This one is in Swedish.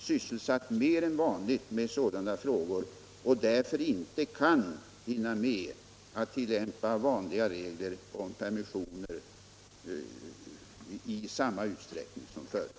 strejkerna började blivit mer än vanligt sysselsatt med sådana frågor och därför inte kan hinna med att tillämpa vanliga regler om permissioner och bevilja permissioner i samma utsträckning som förut.